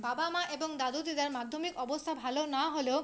বাবা মা এবং দাদুর দিদার মাধ্যমিক অবস্থা ভালো না হলেও